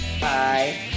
Bye